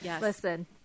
Listen